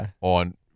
on